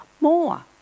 more